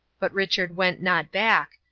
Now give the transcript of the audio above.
but richard went not back,